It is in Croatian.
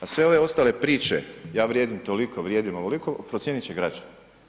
A sve ove ostale priče, ja vrijedim toliko, vrijedim ovoliko procijenit će građani.